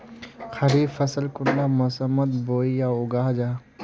खरीफ फसल कुंडा मोसमोत बोई या उगाहा जाहा?